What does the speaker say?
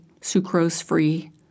sucrose-free